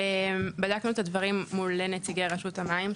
בדקנו את הדברים מול נציגי רשות המים,